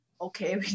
okay